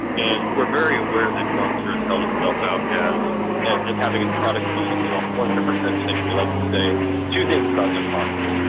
and very aware that monster has held itself out as and having its product be you know one hundred percent safe. they like to say two things about their products,